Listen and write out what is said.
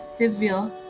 severe